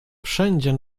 wszędzie